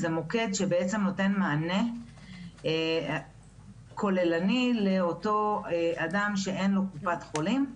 זה מוקד שבעצם נותן מענה כוללני לאותו אדם שאין לו קופת חולים,